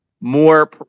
more